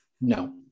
No